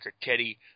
Teddy